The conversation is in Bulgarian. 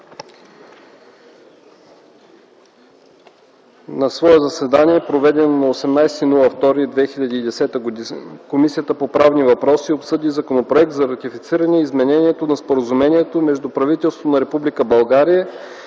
„На свое заседание, проведено на 18 февруари 2010 г., Комисията по правни въпроси обсъди Законопроект за ратифициране изменението на Споразумението между правителството на